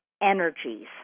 energies